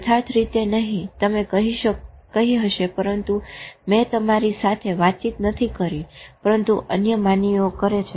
યથાર્થ રીતે નહી તમે કરી હશે પરંતુ મેં તમારી સાથે વાતચીત નથી કરી પરંતુ અન્ય માનવીઓ કરે છે